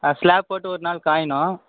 ஆ slab போட்டு ஒரு நாள் காயனும்